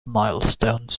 milestones